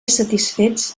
satisfets